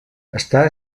està